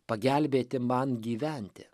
pagelbėti man gyventi